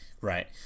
right